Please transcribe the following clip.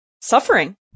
suffering